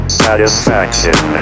satisfaction